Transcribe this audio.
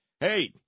Hey